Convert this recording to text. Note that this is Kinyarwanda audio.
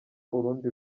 urundi